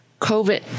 COVID